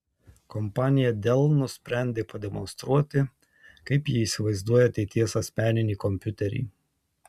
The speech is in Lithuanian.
kompanija dell nusprendė pademonstruoti kaip ji įsivaizduoja ateities asmeninį kompiuterį